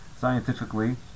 scientifically